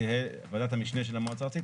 ועדת המשנה של המועצה הארצית,